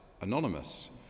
anonymous